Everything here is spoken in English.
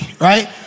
right